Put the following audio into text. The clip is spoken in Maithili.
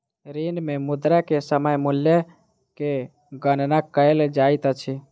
ऋण मे मुद्रा के समय मूल्य के गणना कयल जाइत अछि